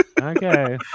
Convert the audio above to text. Okay